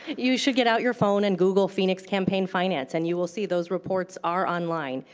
you should get out your phone and google phoenix campaign finance, and you will see those reports are online.